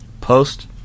post